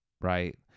Right